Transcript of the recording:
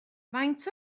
faint